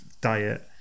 diet